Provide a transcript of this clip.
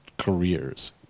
careers